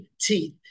teeth